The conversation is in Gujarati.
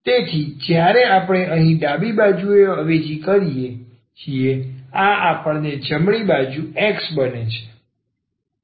તેથી જ્યારે આપણે અહીં ડાબી બાજુએ અવેજી કરીએ છીએ આ આપણને જમણી બાજુની બાજુ X બને છે